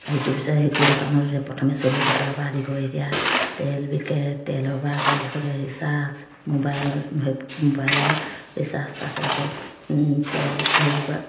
সেইটো পিছত সেইটো দোকানত যেতিয়া প্ৰথমে চুলি কটাৰ পৰা আদি কৰি এতিয়া তেল বিকে তেলৰ পৰা আকৌ দেখোঁ এতিয়া ৰিচাৰ্জ মোবাইলৰ মোবাইলৰ ৰিচাৰ্জ তাৰপিছত আকৌ তেল হেৰি কৰে